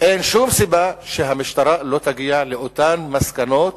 אין שום סיבה שהמשטרה לא תגיע לאותן מסקנות